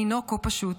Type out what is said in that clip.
אינו כה פשוט.